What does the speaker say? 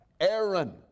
Aaron